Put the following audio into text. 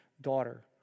daughter